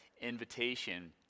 invitation